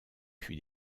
fut